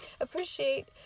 appreciate